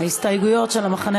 של חברי